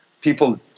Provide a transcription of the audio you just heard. people